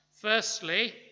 Firstly